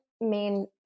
main